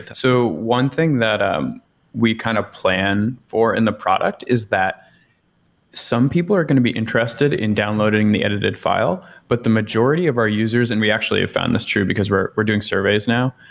so one thing that um we kind of plan for in the product is that some people are going to be interested in downloading the edited file, but the majority of our users, and we actually have found this true, because we're we're doing surveys now.